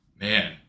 Man